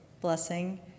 blessing